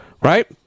right